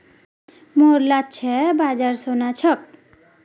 मोर लक्ष्य बाजार सोना छोक